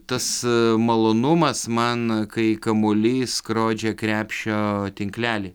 tas malonumas man kai kamuolys skrodžia krepšio tinklelį